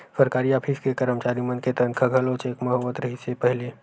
सरकारी ऑफिस के करमचारी मन के तनखा घलो चेक म होवत रिहिस हे पहिली